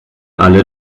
alle